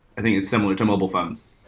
i think it's similar to mobile phones.